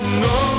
no